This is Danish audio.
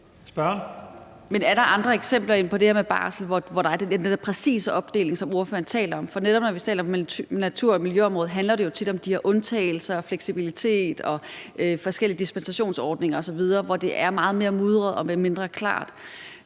Er der andre eksempler end det her med barsel, hvor der er den der præcise opdeling, som ordføreren taler om? For netop når vi taler om natur- og miljøområdet, handler det jo tit om de her undtagelser, fleksibilitet og forskellige dispensationsordninger osv., hvor det er meget mere mudret og mindre klart.